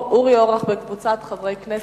אורי אורבך וקבוצת חברי הכנסת,